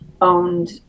owned